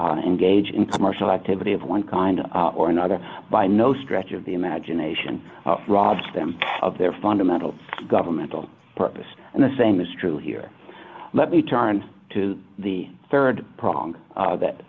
engage in commercial activity of one kind or another by no stretch of the imagination robs them of their fundamental governmental purpose and the same is true here let me turn to the rd prong of th